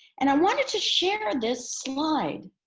and i wanted to share this slide,